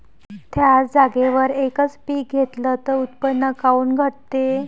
थ्याच जागेवर यकच पीक घेतलं त उत्पन्न काऊन घटते?